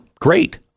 Great